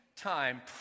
time